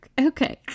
okay